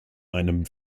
einem